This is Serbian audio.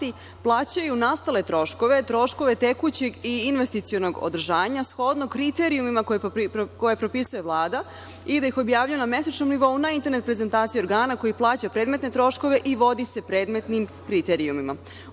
plaćaju nastale troškove, troškove tekućeg i investicionog održanja, shodno kriterijumima koje propisuje Vlada, i da ih objavljuje na mesečnom nivou na internet prezentaciji organa koji plaća predmetne troškove i vodi se predmetnim kriterijumima.U